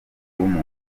w’umuntu